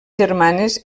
germanes